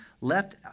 left